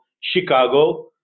Chicago